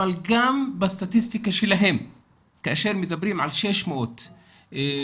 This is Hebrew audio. גם בסטטיסטיקה שלהם כאשר מדברים על 600 בתים,